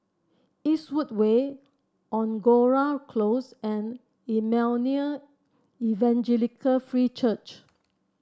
Eastwood Way Angora Close and Emmanuel Evangelical Free Church